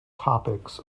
topics